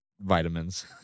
Vitamins